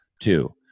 Two